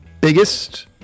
biggest